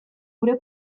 gure